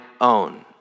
own